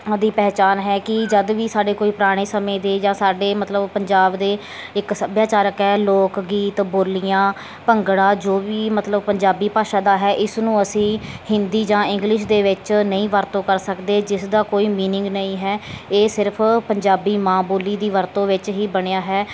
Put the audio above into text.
ਆਦਿ ਪਹਿਚਾਣ ਹੈ ਕਿ ਜਦ ਵੀ ਸਾਡੇ ਕੋਈ ਪੁਰਾਣੇ ਸਮੇਂ ਦੇ ਜਾਂ ਸਾਡੇ ਮਤਲਬ ਪੰਜਾਬ ਦੇ ਇੱਕ ਸੱਭਿਆਚਾਰਕ ਹੈ ਲੋਕ ਗੀਤ ਬੋਲੀਆਂ ਭੰਗੜਾ ਜੋ ਵੀ ਮਤਲਬ ਪੰਜਾਬੀ ਭਾਸ਼ਾ ਦਾ ਹੈ ਇਸ ਨੂੰ ਅਸੀਂ ਹਿੰਦੀ ਜਾਂ ਇੰਗਲਿਸ਼ ਦੇ ਵਿੱਚ ਨਹੀਂ ਵਰਤੋਂ ਕਰ ਸਕਦੇ ਜਿਸ ਦਾ ਕੋਈ ਮੀਨਿੰਗ ਨਹੀਂ ਹੈ ਇਹ ਸਿਰਫ ਪੰਜਾਬੀ ਮਾਂ ਬੋਲੀ ਦੀ ਵਰਤੋਂ ਵਿੱਚ ਹੀ ਬਣਿਆ ਹੈ